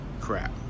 Crap